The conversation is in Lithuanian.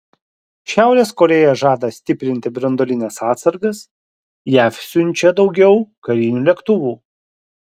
šiaurės korėja žada stiprinti branduolines atsargas jav siunčia daugiau karinių lėktuvų